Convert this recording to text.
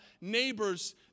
neighbors